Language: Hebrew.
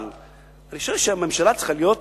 אבל אני חושב שהממשלה צריכה להיות